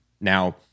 Now